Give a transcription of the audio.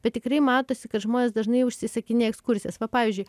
bet tikrai matosi kad žmonės dažnai užsisakinėja ekskursijas va pavyzdžiui